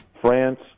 France